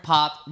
Pop